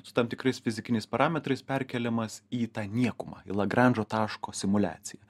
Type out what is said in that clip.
su tam tikrais fizikiniais parametrais perkeliamas į tą niekumą į lagranžo taško simuliaciją